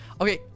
okay